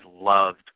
loved